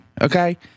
Okay